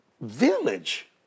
village